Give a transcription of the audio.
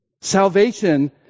Salvation